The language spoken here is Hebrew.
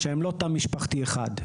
שהם לא תא משפחתי אחד.